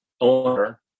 owner